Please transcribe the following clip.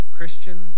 Christian